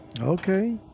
Okay